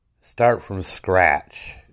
start-from-scratch